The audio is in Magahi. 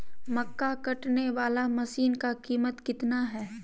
मक्का कटने बाला मसीन का कीमत कितना है?